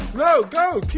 no, go, keep